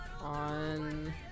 on